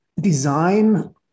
design